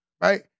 right